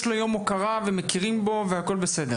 לו יום הוקרה ומכירים בו והכול בסדר,